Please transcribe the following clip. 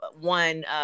one